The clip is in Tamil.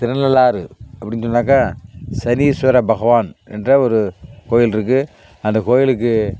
திருநள்ளாறு அப்படின்னு சொன்னாக்கால் சனீஸ்வர பகவான் என்ற ஒரு கோயில் இருக்குது அந்த கோயிலுக்கு